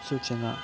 सूचना